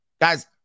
Guys